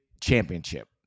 championship